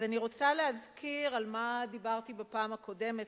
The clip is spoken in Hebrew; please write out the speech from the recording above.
אני רוצה להזכיר על מה דיברתי בפעם הקודמת,